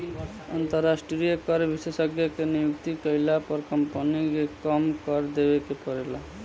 अंतरास्ट्रीय कर विशेषज्ञ के नियुक्ति कईला पर कम्पनी के कम कर देवे के परेला